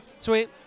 Sweet